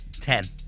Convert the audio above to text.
ten